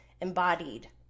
embodied